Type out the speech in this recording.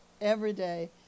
everyday